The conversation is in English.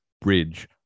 bridge